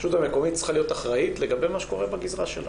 היא צריכה להיות אחראית לגבי מה שקורה בגזרה שלה,